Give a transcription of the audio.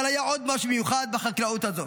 אבל היה עוד משהו מיוחד בחקלאות הזו.